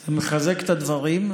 זה מחזק את הדברים,